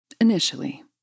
initially